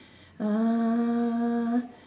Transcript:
uh